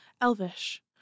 Elvish